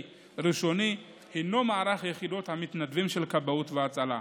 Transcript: ראשוני הוא מערך יחידות המתנדבים של כבאות והצלה.